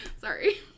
Sorry